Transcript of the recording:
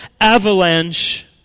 avalanche